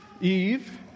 Eve